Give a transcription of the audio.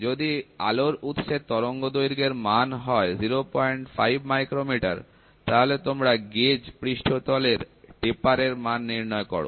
যদি আলোর উৎসের তরঙ্গ দৈর্ঘ্যের মান হয় 05 µm তাহলে তোমরা গেজ পৃষ্ঠতলের টেপার এর মান নির্ণয় করো